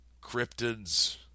cryptids